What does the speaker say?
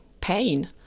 pain